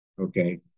Okay